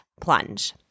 plunge